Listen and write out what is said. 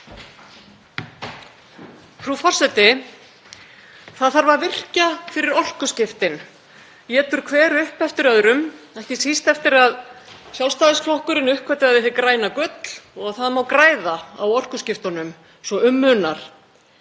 Frú forseti. Það þarf að virkja fyrir orkuskiptin, étur hver upp eftir öðrum, ekki síst eftir að Sjálfstæðisflokkurinn uppgötvaði hið græna gull og það má græða á orkuskiptunum svo um munar.